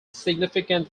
significant